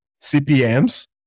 CPMs